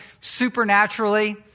supernaturally